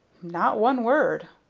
not one word.